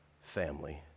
family